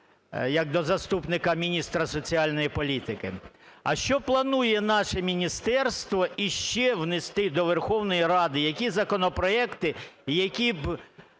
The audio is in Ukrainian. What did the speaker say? як до заступника міністра соціальної політики: а що планує наше міністерство ще внести до Верховної Ради, які законопроекти, які б